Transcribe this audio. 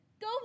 go